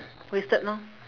wasted lor